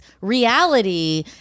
reality